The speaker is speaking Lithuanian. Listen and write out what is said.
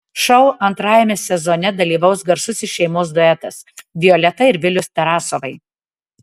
šou antrajame sezone dalyvaus garsusis šeimos duetas violeta ir vilius tarasovai